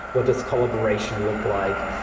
what does collaboration look like?